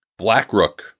Blackrook